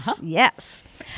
Yes